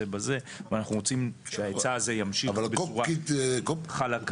ואנחנו רוצים שההיצע הזה ימשיך בשורה חלקה.